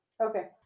okay